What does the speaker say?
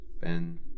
Ben